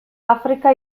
afrika